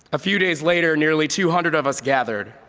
few days later, nearly two hundred of us gathered.